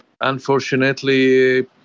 unfortunately